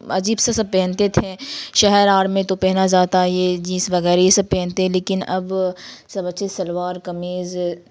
عجیب سے سب پہنتے تھے شہر آر میں تو پہنا جاتا ہے یہ جینس وغیرہ یہ سب پہنتے ہیں لیکن اب سب اچھے سے شلوار قمیض